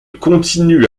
continue